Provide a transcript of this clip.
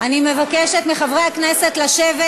אני מבקשת מחברי הכנסת לשבת,